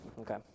Okay